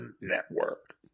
Network